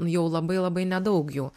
jau labai labai nedaug jų